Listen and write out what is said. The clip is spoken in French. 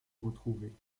retrouvés